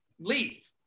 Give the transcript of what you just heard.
leave